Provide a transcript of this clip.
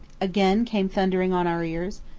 again came thundering on our ears.